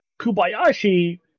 Kubayashi